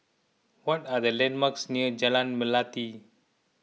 what are the landmarks near Jalan Melati